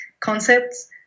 concepts